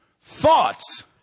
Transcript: thoughts